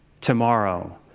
tomorrow